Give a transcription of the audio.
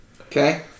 Okay